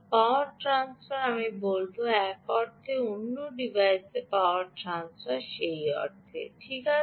পাওয়ার transfer আমি বলব এক অর্থে অন্য ডিভাইসে পাওয়ার ট্রান্সফার সেই অর্থে ঠিক আছে